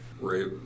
Right